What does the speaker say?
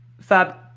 Fab